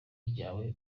ryawe